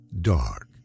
dark